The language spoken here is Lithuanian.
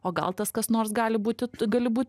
o gal tas kas nors gali būti gali būti